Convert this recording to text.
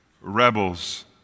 Rebels